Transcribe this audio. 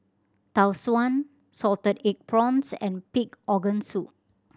Tau Suan salted egg prawns and pig organ soup